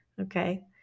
Okay